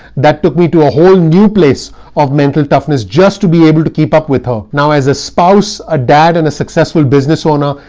that took me to a whole new place of mental toughness just to be able to keep up with her. now, as a spouse, a dad and a successful business owner,